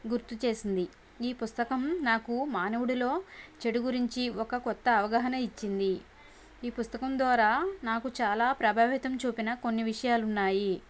గుర్తుచేసింది ఈ పుస్తకం నాకు మానవుడిలో చెడు గురించి ఒక కొత్త అవగాహన ఇచ్చింది ఈ పుస్తకం ద్వారా నాకు చాలా ప్రభావితం చూపిన కొన్ని విషయాలు ఉన్నాయి